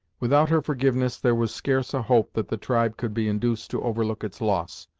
without her forgiveness, there was scarce a hope that the tribe could be induced to overlook its loss,